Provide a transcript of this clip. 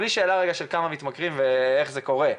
בלי השאלה של כמה מתמכרים ואיך זה קורה.